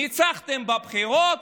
ניצחתם בבחירות,